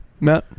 no